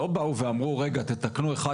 לא באו ואמרו להם שיתקנו 1,